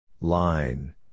Line